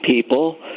people